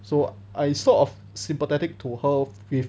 so I sort of sympathetic to her with